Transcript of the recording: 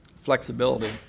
Flexibility